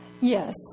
Yes